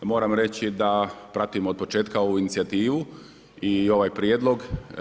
Moram reći da pratim od početka ovu inicijativu i ovaj prijedlog.